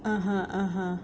(uh huh) (uh huh)